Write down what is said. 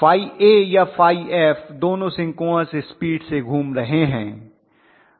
ϕa या ϕf दोनों synchronous speed से घूम रहे हैं